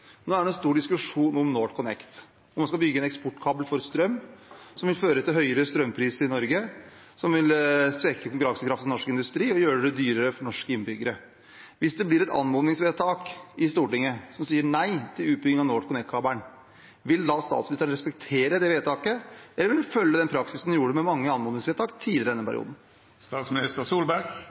Nå er det en stor diskusjon om NorthConnect, om man skal bygge en eksportkabel for strøm, som vil føre til høyere strømpriser i Norge, som vil svekke konkurransekraften til norsk industri og gjøre det dyrere for norske innbyggere. Hvis det blir et anmodningsvedtak i Stortinget som sier nei til utbygging av NorthConnect-kabelen, vil da statsministeren respektere vedtaket, eller vil hun følge praksisen hun fulgte med mange anmodningsvedtak tidligere i denne